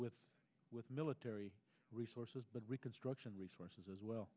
with with military resources but reconstruction resources as well